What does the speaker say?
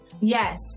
Yes